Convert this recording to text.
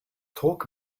talk